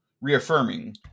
reaffirming